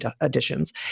additions